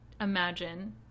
imagine